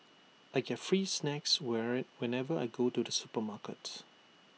I get free snacks whenever I go to the supermarket